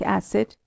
acid